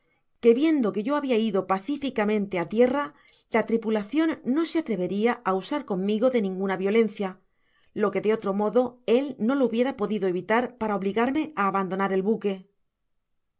viendo que yo habia ido pacificamente á tierra la tripula cion no se atreveria á osar conmigo de ninguna violencia lo que de otro modo él no lo hubiera podido evitar para obligarme á abandonar el buque